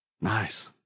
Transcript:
Nice